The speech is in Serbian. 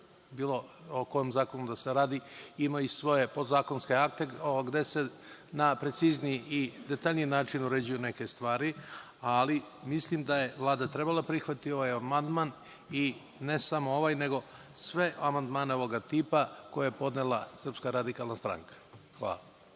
bilo o kom zakonu da se radi, ima i svoje podzakonske akte gde se na precizniji i detaljniji način uređuju neke stvari, ali mislim da je Vlada trebalo da prihvati ovaj amandman, ne samo ovaj, nego sve amandmane ovog tipa koje je podnela SRS. Hvala.